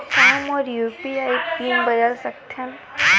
का मोर UPI PIN बदल सकथे?